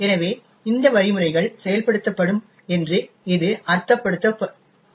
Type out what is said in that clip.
எனவே இந்த வழிமுறைகள் செயல்படுத்தப்படும் என்று இது அர்த்தப்படுத்துகிறது